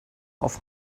auf